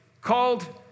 called